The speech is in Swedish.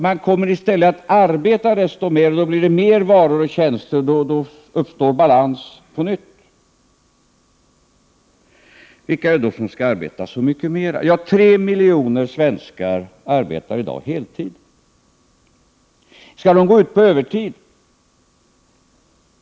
Man kommer i stället att arbeta desto mer, och då blir det mer varor och tjänster; då uppstår balans på nytt. Vilka är det då som skall arbeta så mycket mer? Tre miljoner svenskar arbetar i dag heltid. Skall de arbeta på övertid?